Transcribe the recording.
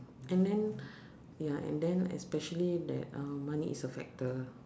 and then ya and then especially that uh money is a factor